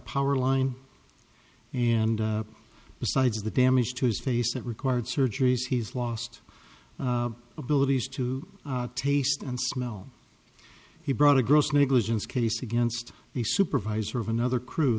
power line and besides the damage to his face that required surgeries he's lost abilities to taste and smell he brought a gross negligence case against the supervisor of another crew